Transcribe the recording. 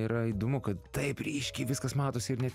yra įdomu kad taip ryškiai viskas matosi ir net